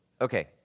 Okay